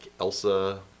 Elsa